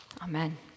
Amen